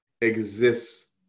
exists